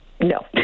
no